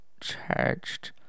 charged